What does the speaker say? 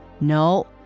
No